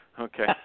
Okay